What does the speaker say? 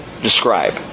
describe